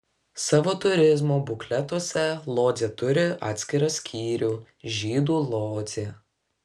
savo turizmo bukletuose lodzė turi atskirą skyrių žydų lodzė